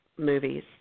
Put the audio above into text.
movies